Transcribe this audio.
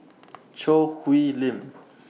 Choo Hwee Lim